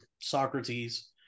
socrates